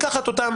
לקחת אותם